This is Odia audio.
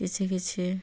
କିଛି କିଛି